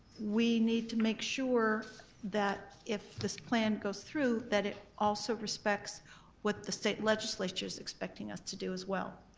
we need to make sure that if this plan goes through, that it also respects what the state legislature's expecting us to do as well.